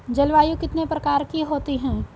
जलवायु कितने प्रकार की होती हैं?